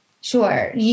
Sure